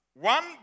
One